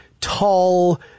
tall